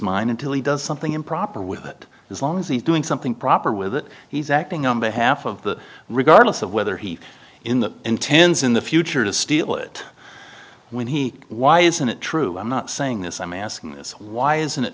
mind until he does something improper with it as long as he's doing something proper with it he's acting on behalf of the regardless of whether he in that intends in the future to steal it when he why isn't it true i'm not saying this i'm asking this why isn't it